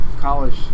college